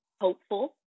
hopeful